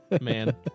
man